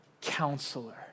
Counselor